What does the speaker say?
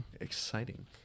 exciting